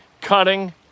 cutting